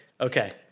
okay